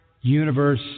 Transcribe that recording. universe